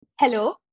Hello